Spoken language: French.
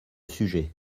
sujet